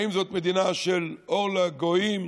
האם זאת מדינה של אור לגויים,